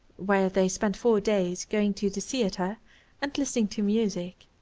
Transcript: where they spent four days, going to the theatre and listening to music.